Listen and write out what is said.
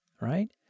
right